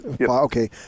Okay